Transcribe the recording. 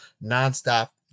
non-stop